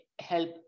help